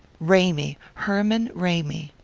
ramy herman ramy.